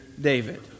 David